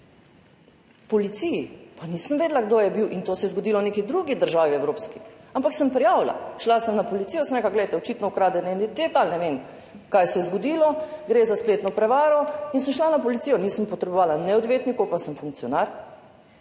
policiji, pa nisem vedela, kdo je bil, in to se je zgodilo v neki drugi evropski državi, ampak sem prijavila. Šla sem na policijo, sem rekla: »Poglejte, očitno ukradena identiteta ali ne vem, kaj se je zgodilo, gre za spletno prevaro.« In sem šla na policijo. Nisem potrebovala odvetnikov, pa sem funkcionar.